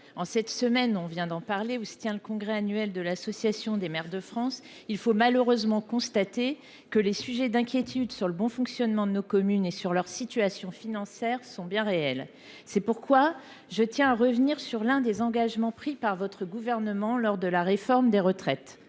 En cette semaine où se tient le congrès annuel de l’Association des maires de France et des présidents d’intercommunalité, il faut malheureusement constater que les sujets d’inquiétudes sur le bon fonctionnement de nos communes et sur leur situation financière sont bien réels. C’est pourquoi je tiens à revenir sur l’un des engagements pris par votre gouvernement lors de la réforme des retraites.